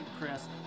Chris